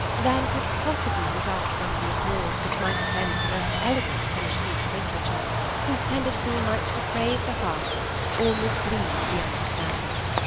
than could possibly result from the applause which might attend the most elegant finished piece of literature whose tendency might deprave the heart or mislead the understanding.